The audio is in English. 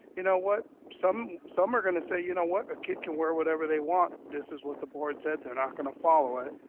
you know what some some are gonna say, you know what a kid can wear, whatever they want. this is what the board said. they're not gonna follow it.